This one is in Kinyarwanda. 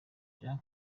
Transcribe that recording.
jean